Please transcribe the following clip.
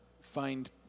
find